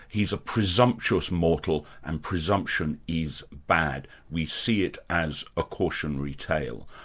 he's a presumptuous mortal and presumption is bad. we see it as a cautionary tale.